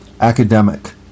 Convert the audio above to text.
academic